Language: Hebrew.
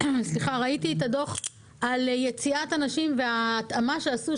ראיתי את הדוח על יציאת הנשים וההתאמה שעשו,